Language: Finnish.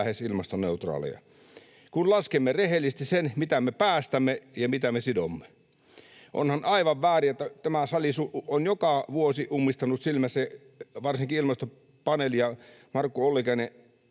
lähes ilmastoneutraaleja, kun laskemme rehellisesti sen, mitä me päästämme ja mitä me sidomme. Onhan aivan väärin, että tämä sali on joka vuosi ummistanut silmänsä, kun varsinkin ilmastopaneeli ja Markku Ollikainen